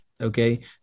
Okay